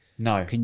No